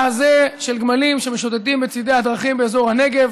הזה של גמלים שמשוטטים בצידי הדרכים באזור הנגב